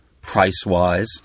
price-wise